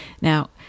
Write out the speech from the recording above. Now